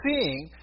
seeing